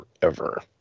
forever